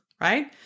right